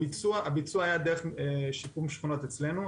הביצוע היה דרך שיקום שכונות אצלנו.